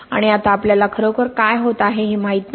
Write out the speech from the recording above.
आता आपल्याला खरोखर काय होत आहे हे माहित आहे